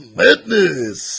madness